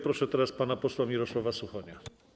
Proszę teraz pana posła Mirosława Suchonia.